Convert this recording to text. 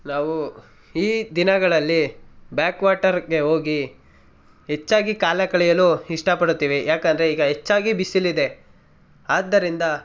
ನಾವು ಈ ದಿನಗಳಲ್ಲಿ ಬ್ಯಾಕ್ ವಾಟರಿಗೆ ಹೋಗಿ ಹೆಚ್ಚಾಗಿ ಕಾಲ ಕಳೆಯಲು ಇಷ್ಟಪಡುತ್ತೇವೆ ಯಾಕೆಂದ್ರೆ ಈಗ ಹೆಚ್ಚಾಗಿ ಬಿಸಿಲಿದೆ ಆದ್ದರಿಂದ